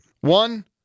One